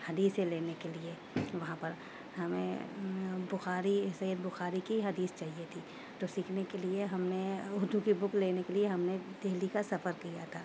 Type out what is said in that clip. حدیثیں لینے کے لیے وہاں پر ہمیں بخاری سید بخاری کی حدیث چاہیے تھی جو سیکھنے کے لیے ہم نے اردو کی بک لینے کے لیے ہم نے دہلی کا سفر کیا تھا